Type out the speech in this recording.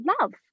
Love